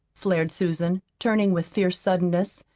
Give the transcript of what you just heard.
flared susan, turning with fierce suddenness,